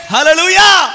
Hallelujah